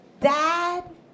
dad